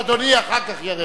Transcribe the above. לא לא, אדוני אחר כך יראה לו.